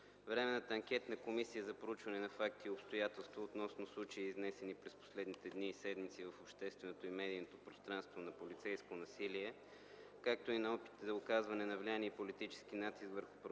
наименование се допълни „за проучването на факти и обстоятелства относно случаи, изнесени през последните дни в общественото и медийното пространство на полицейско насилие, както и на опити за оказване на влияние и политически натиск върху правоохранителни